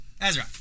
Ezra